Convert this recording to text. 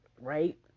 right